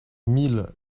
mille